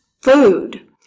food